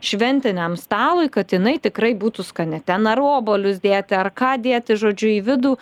šventiniam stalui kad jinai tikrai būtų skani ten ar obuolius dėti ar ką dėti žodžiu į vidų